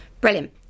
Brilliant